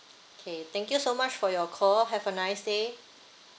K thank you so much for your call have a nice day